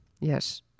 Yes